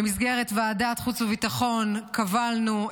במסגרת ועדת חוץ וביטחון קבלנו,